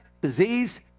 disease